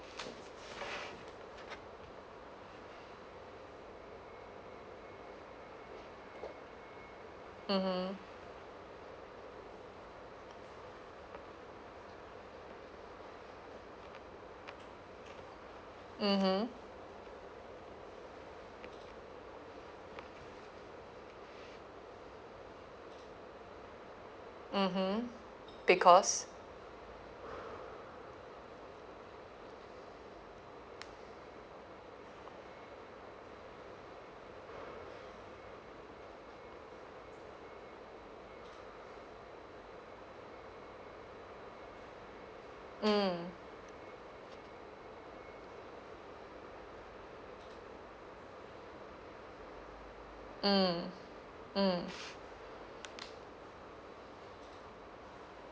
mmhmm mmhmm mmhmm because mm mm mm